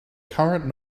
current